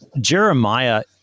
Jeremiah